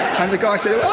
and the guy said, oh,